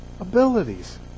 abilities